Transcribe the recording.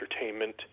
entertainment